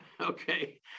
Okay